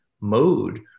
mode